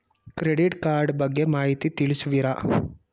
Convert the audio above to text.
Credit card ಬಗ್ಗೆ ಮಾಹಿತಿ ತಿಳಿಸುವಿರಾ?